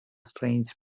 strange